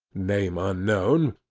name unknown,